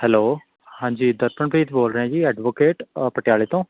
hello ਹਾਂਜੀ ਦਰਪਨਪ੍ਰੀਤ ਬੋਲ ਰਿਹਾਂ ਜੀ ਐਡਵੋਕੇਟ ਪਟਿਆਲੇ ਤੋਂ